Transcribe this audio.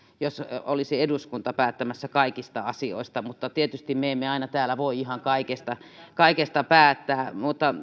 jos olisi eduskunta päättämässä kaikista asioista mutta tietysti me emme aina täällä voi ihan kaikesta kaikesta päättää